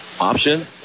Option